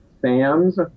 Sam's